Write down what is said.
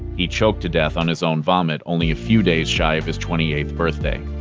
he choked to death on his own vomit only a few days shy of his twenty eighth birthday.